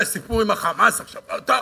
היה סיפור עם ה"חמאס" עכשיו, טוב,